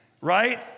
right